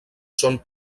són